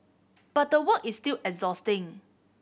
but the work is still exhausting